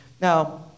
Now